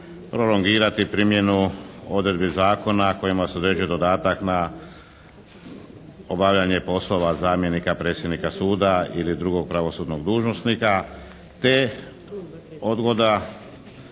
prolongirati primjenu odredbi Zakona kojima se određuje dodatak na obavljanje poslova zamjenika predsjednika suda ili drugog pravosudnog dužnosnika, te odgoda